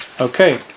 Okay